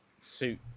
Suit